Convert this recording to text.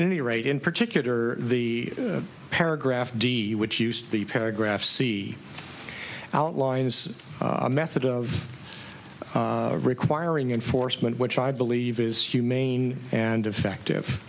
any rate in particular the paragraph d which used the paragraph see outline is a method of requiring enforcement which i believe is humane and effective